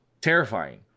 terrifying